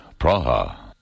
Praha